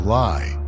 lie